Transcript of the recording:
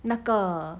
那个